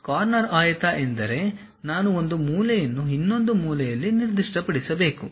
corner ಆಯತ ಎಂದರೆ ನಾನು ಒಂದು ಮೂಲೆಯನ್ನು ಇನ್ನೊಂದು ಮೂಲೆಯಲ್ಲಿ ನಿರ್ದಿಷ್ಟಪಡಿಸಬೇಕು